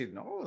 no